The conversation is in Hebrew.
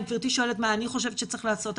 אם גברתי שואלת מה אני חושבת שצריך לעשות.